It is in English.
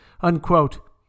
unquote